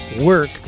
work